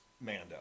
Mando